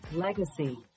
legacy